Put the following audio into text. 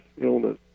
illness